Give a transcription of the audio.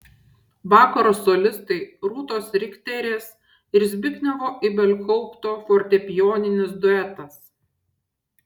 vakaro solistai rūtos rikterės ir zbignevo ibelhaupto fortepijoninis duetas